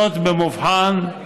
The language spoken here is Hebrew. לא נכון.